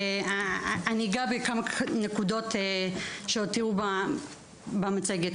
אני אגע בכמה נקודות שעוד תראו במצגת.